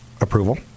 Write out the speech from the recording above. approval